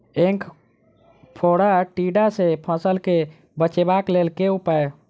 ऐंख फोड़ा टिड्डा सँ फसल केँ बचेबाक लेल केँ उपाय?